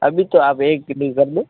अभी तो आप एक किलो ही कर दो